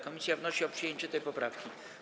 Komisja wnosi o przyjęcie tej poprawki.